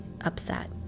upset